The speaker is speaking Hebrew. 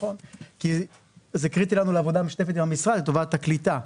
זה קריטי לנו לעבודה המשותפת עם המשרד לטובת הקליטה,